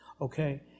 Okay